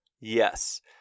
Yes